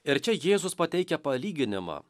ir čia jėzus pateikia palyginimą